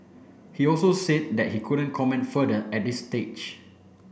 he also said that he couldn't comment further at this stage